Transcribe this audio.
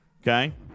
okay